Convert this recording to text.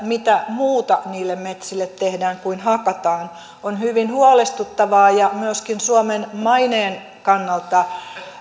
mitä muuta niille metsille tehdään kuin hakataan on hyvin huolestuttavaa ja myöskin suomen maineen kannalta